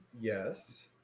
Yes